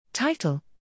Title